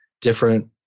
different